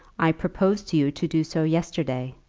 i proposed to you to do so yesterday.